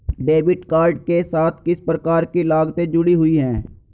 Debit card के साथ किस प्रकार की लागतें जुड़ी हुई हैं?